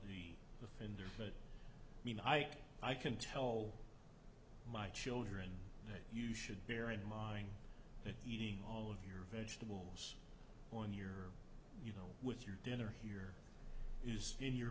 but i mean i i can tell my children that you should bear in mind that eating all of your vegetable on your you know with your dinner here is in your